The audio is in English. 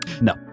no